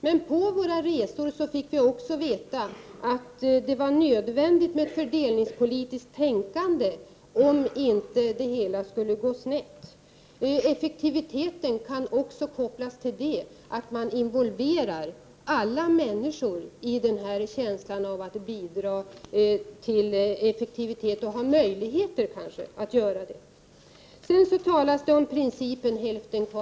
Men på våra resor fick vi också veta att det var nödvändigt med fördelningspolitiskt tänkande för att det hela inte skulle gå snett. Effektiviteten kan också kopplas till det faktum att alla människor involveras i känslan av att bidra till effektivitet och att de kanske har möjlighet att göra just det. Det talas om principen ”hälften kvar”.